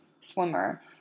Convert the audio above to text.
swimmer